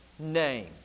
Name